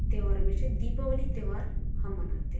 त्यौहारों में से दीपावली त्यौहार हम मनाते हैं